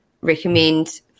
recommend